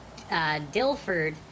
Dilford